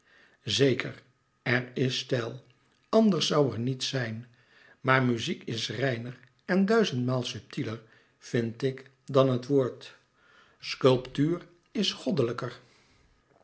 zeker er is stijl anders zoû er niets zijn maar muziek is reiner en duizendmaal subtieler vind ik dan het woord sculptuur is goddelijker